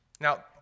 Now